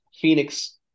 Phoenix